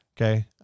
Okay